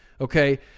okay